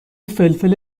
فلفل